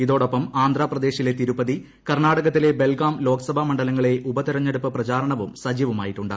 ഇതോടൊപ്പം ആന്ധ്രാ പ്രദേശിലെ തിരുപ്പതി കർണാടകത്തിലെ ബെൽഗാം ലോക്സഭാ മണ്ഡലങ്ങളിലെ ഉപതെരഞ്ഞെടുപ്പ് പ്രചാരണവും സജീവമായി നടക്കുന്നുണ്ട്